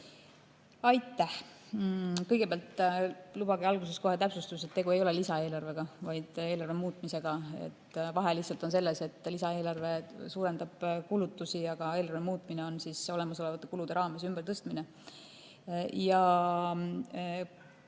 Aitäh! Kõigepealt lubage alguses kohe täpsustada, et tegu ei ole lisaeelarvega, vaid eelarve muutmisega. Vahe on selles, et lisaeelarve suurendab kulutusi, aga eelarve muutmine on olemasolevate kulude ümbertõstmine.